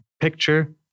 picture